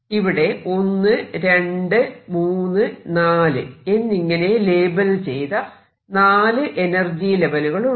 ഇവിടെ 1 23 4 എന്നിങ്ങനെ ലേബൽ ചെയ്ത 4 എനർജി ലെവലുകളുണ്ട്